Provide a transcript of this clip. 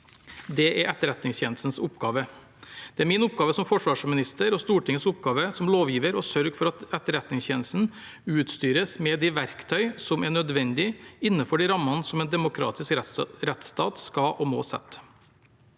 Det er Etterretningstjenestens oppgave. Det er min oppgave som forsvarsminister og Stortingets oppgave som lovgiver å sørge for at Etterretningstjenesten utstyres med de verktøy som er nødvendige, innenfor de rammene som en demokratisk rettsstat skal og må sette.